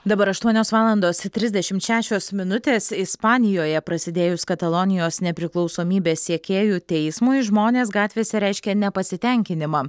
dabar aštuonios valandos trisdešimt šešios minutės ispanijoje prasidėjus katalonijos nepriklausomybės siekėjų teismui žmonės gatvėse reiškė nepasitenkinimą